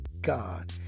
God